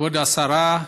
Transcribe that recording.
כבוד השרה,